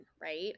right